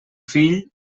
fill